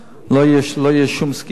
לא תהיה שום סגירה.